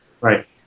Right